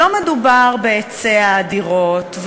לא מדובר בהיצע הדירות,